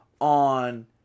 on